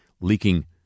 leaking